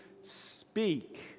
speak